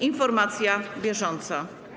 Informacja bieżąca.